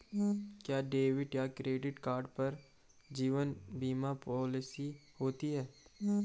क्या डेबिट या credit card पर जीवन बीमा पॉलिसी होती है?